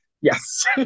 Yes